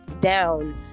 down